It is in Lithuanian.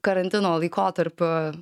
karantino laikotarpiu